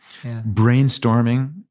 brainstorming